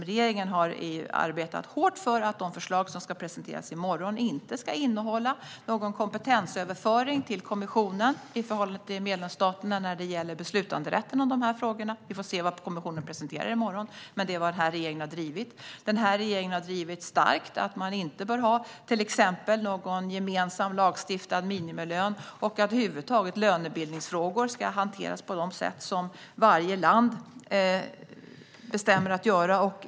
Regeringen har också arbetat hårt för att de förslag som ska presenteras i morgon inte ska innehålla någon kompetensöverföring till kommissionen i förhållande till medlemsstaterna när det gäller beslutanderätten i dessa frågor. Vi får se vad kommissionen presenterar i morgon, men det är vad regeringen har drivit. Regeringen har starkt drivit att man till exempel inte bör ha någon gemensam, lagstiftad minimilön och att lönebildningsfrågor över huvud taget ska hanteras på det sätt som varje land bestämmer.